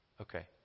Okay